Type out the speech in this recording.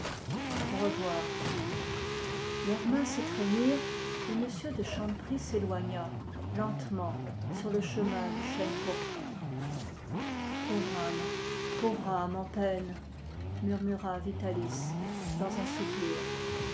au revoir leurs mains s'étreignent et m de chanteprie s'éloigna lentement sur le chemin du chêne pourpre pauvre âme pauvre âme en peine murmura vitalis dans un soupir